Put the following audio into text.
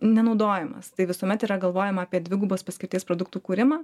nenaudojamas tai visuomet yra galvojama apie dvigubos paskirties produktų kūrimą